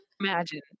Imagine